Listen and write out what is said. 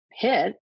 Hit